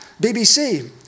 BBC